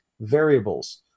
variables